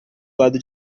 lado